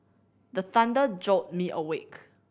the thunder jolt me awake